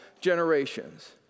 generations